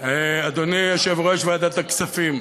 אדוני יושב-ראש ועדת הכספים,